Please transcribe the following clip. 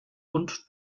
und